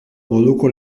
moduko